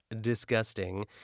disgusting